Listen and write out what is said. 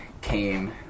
came